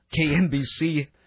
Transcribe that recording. KNBC